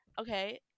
Okay